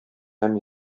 һәм